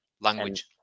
language